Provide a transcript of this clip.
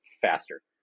faster